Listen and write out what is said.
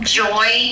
joy